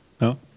No